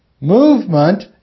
movement